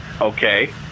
Okay